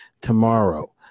tomorrow